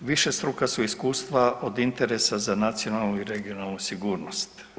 Višestruka su iskustva od interesa za nacionalnu i regionalnu sigurnost.